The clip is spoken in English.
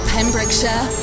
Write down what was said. Pembrokeshire